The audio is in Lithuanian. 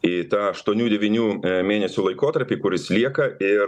į tą aštuonių devynių mėnesių laikotarpį kuris lieka ir